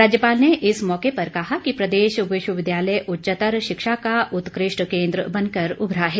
राज्यपाल ने इस मौके पर कहा कि प्रदेश विश्वविद्यालय उच्चतर शिक्षा का उत्कृष्ट केंद्र बनकर उभरा है